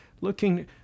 looking